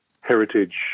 heritage